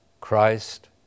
Christ